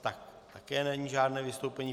Tak také není žádné vystoupení.